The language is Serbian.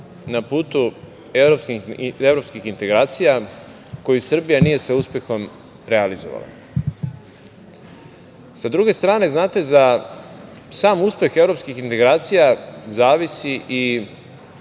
na putu evropskih integracija, koji Srbija nije sa uspehom realizovala. Sa druge strane, znate za sam uspeh evropskih integracija zavisi i